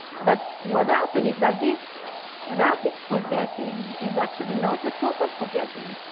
but what happened is that this rapid forgetting is actually not a total forgetting,